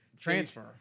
Transfer